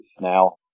Now